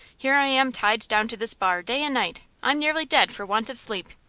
here i am tied down to this bar day and night! i'm nearly dead for want of sleep.